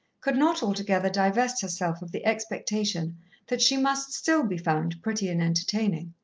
could not altogether divest herself of the expectation that she must still be found pretty and entertaining.